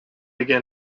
again